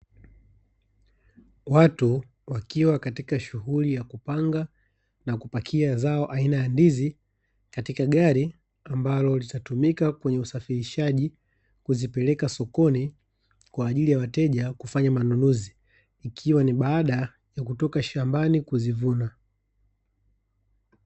Watu wakiwa katika shughuli ya kupanga na kupakia zao aina ya ndizi katika gari ambalo litatumika kwenye usafirishaji kuzipeleka sokoni kwa ajili ya wateja kufanya manunuzi, ikiwa ni baada ya kutoka shambani kuzivuna.